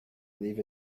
leave